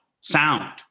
sound